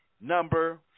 number